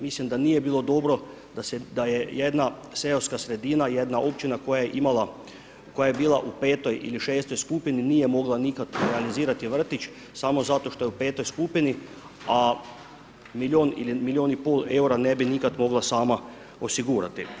Mislim da nije bilo dobro da je jedna seoska sredina, jedna općina koja je bila u 5. ili 6. skupini nije mogla nikako realizirati vrtić samo zato što je u 5. skupini, a milijun ili milijun i pol eura ne bi nikad mogla sama osigurati.